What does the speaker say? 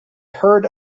heard